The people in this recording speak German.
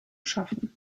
schaffen